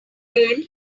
then